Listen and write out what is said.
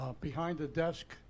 behind-the-desk